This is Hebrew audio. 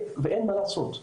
ואין מה לעשות,